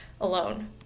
alone